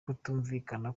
kutumvikana